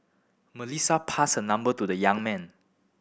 Melissa passed her number to the young man